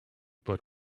but